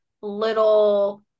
little